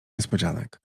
niespodzianek